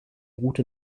route